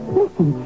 listen